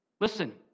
Listen